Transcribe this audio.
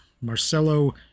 Marcelo